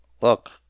Look